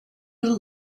who